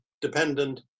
dependent